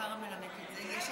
במאי 2017, בא לתקן את